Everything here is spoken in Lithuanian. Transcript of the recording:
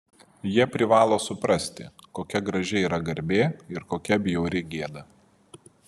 jie privalo suprasti kokia graži yra garbė ir kokia bjauri gėda